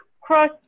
cross